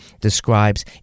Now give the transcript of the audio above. describes